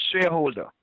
shareholder